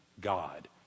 God